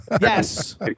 Yes